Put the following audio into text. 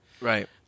Right